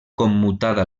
commutada